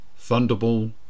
Thunderball